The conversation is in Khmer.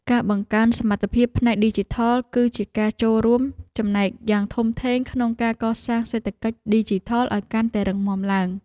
ការបង្កើនសមត្ថភាពផ្នែកឌីជីថល គឺជាការចូលរួមចំណែកយ៉ាងធំធេងក្នុងការកសាងសេដ្ឋកិច្ចឌីជីថលឱ្យកាន់តែរឹងមាំឡើង។